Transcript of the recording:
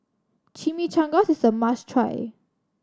chimichangas is a must try